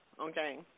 okay